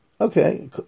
Okay